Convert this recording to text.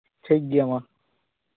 ᱴᱷᱤᱠ ᱜᱮᱭᱟ ᱢᱟ